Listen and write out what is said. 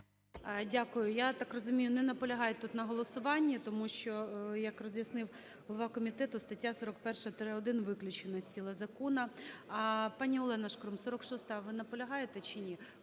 Дякую. Я так розумію, не наполягають тут на голосуванні, тому що, як роз'яснив голова комітету, стаття 41-1 виключена із тіла закону. Пані Альона Шкрум, 46-а. Ви наполягаєте чи ні?